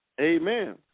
Amen